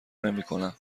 نمیکنم